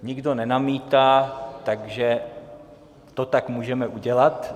Nikdo nenamítá, takže to tak můžeme udělat.